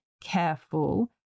careful